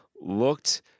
looked